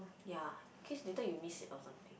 ya in case later you miss it or something